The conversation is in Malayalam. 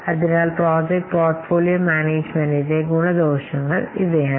അതിനാൽ പ്രോജക്റ്റ് പോർട്ട്ഫോളിയോ മാനേജുമെന്റിന്റെ ഗുണദോഷങ്ങൾ ഇവയാണ്